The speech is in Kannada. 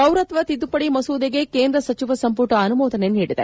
ಪೌರತ್ವ ತಿದ್ದುಪಡಿ ಮಸೂದೆಗೆ ಕೇಂದ್ರ ಸಚಿವ ಸಂಪುಟ ಅನುಮೋದನೆ ನೀಡಿದೆ